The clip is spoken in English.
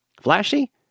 Flashy